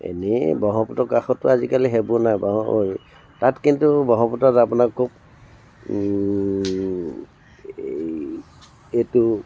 এনেই ব্ৰহ্মপুত্ৰৰ কাষতটো আজিকালি সেইবোৰ নাবোৱা হ'ল তাত কিন্তু ব্ৰহ্মপুত্ৰত আপোনাৰ খুব এই এইটো